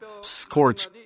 scorch